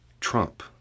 Trump